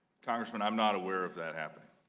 congressman i'm not aware of that happening.